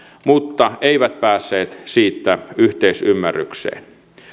mutta eivät päässeet siitä yhteisymmärrykseen